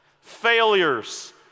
failures